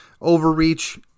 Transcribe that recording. overreach